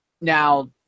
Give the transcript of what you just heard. now